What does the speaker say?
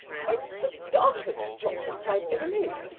quite the darkest chocolates i've ever made!